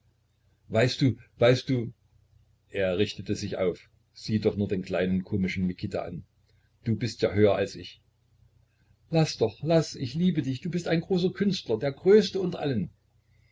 weißt du weißt du er richtete sich auf sieh doch nur den kleinen komischen mikita an du bist ja höher als ich laß doch laß ich liebe dich du bist der große künstler der größte unter allen